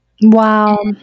Wow